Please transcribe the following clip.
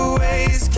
ways